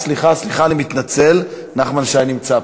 סליחה, סליחה, אני מתנצל, נחמן שי נמצא פה.